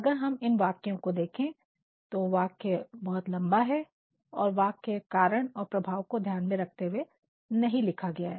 अगर हम इन वाक्यों को देखें तो वाक्य बहुत लंबा है और वाक्य कारण और प्रभाव को ध्यान में रखते हुए नहीं लिखा गया है